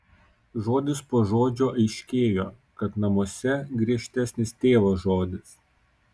žodis po žodžio aiškėjo kad namuose griežtesnis tėvo žodis